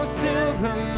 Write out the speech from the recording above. silver